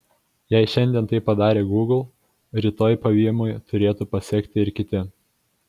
jei šiandien tai padarė gūgl rytoj pavymui turėtų pasekti ir kiti